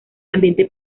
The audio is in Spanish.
ambiente